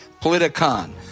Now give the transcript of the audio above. Politicon